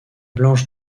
blanche